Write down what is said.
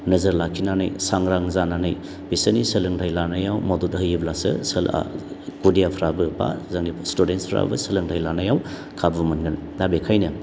नोजोर लाखिनानै सांग्रां जानानै बिसोरनि सोलोंथाय लानायाव मदद होयोब्लासो खुदियाफ्राबो बा जोंनि स्टुडेन्सफ्राबो सोलोंथाय लानायाव खाबु मोनगोन दा बेनिखायनो